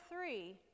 three